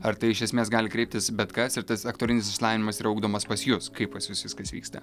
ar tai iš esmės gali kreiptis bet kas ir tas aktorinis išsilavinimas yra ūgdomas pas jus kaip pas jus viskas vyksta